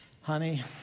Honey